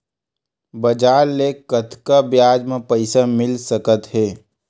बजार ले कतका ब्याज म पईसा मिल सकत हे?